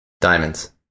Diamonds